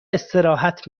استراحت